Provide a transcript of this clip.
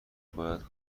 باید